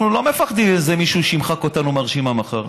אנחנו לא מפחדים ממישהו שימחק אותנו מהרשימה מחר.